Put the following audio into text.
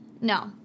No